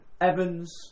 Evans